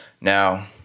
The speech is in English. Now